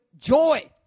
joy